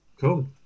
Cool